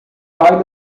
pai